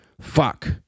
fuck